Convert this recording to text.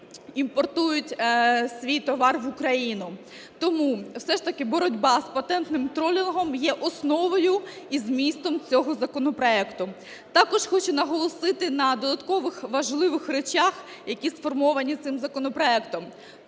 імпортують свій товар в Україну. Тому все ж таки боротьба з "патентним тролінгом" є основою і змістом цього законопроекту. Також хочу наголосити на додаткових важливих речах, які сформовані цим законопроектом.